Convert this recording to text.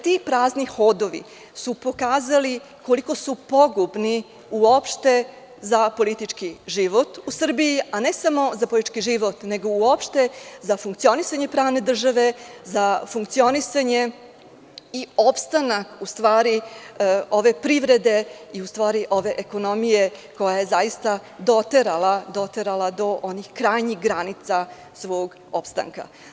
Ti prazni hodovi su pokazali koliko su pogubni uopšte za politički život u Srbiji, a ne samo za politički život, nego uopšte za funkcionisanje pravne države, za funkcionisanje i opstanak ove privrede i ove ekonomije koja je doterala do onih krajnjih granica svog opstanka.